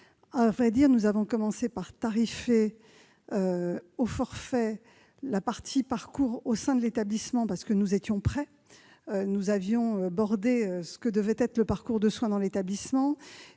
chronique. Nous avons commencé par tarifer au forfait le parcours au sein de l'établissement, parce que nous étions prêts. Nous avions délimité ce que devait être le parcours de soins dans l'établissement.